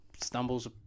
stumbles